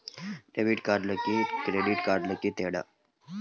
Debit కార్డుకి credit కార్డుకి తేడా?